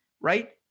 right